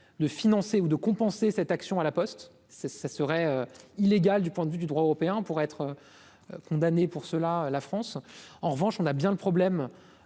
de financer ou de compenser cette action à la Poste, c'est ça serait illégale du point de vue du droit européen pour être condamné pour cela, la France, en revanche, on a bien le problème